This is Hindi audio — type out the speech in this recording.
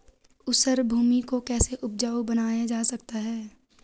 ऊसर भूमि को कैसे उपजाऊ बनाया जा सकता है?